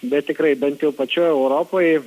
bet tikrai bent jau pačioj europoj